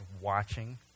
watching